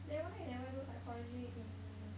then why you never do psychology in uni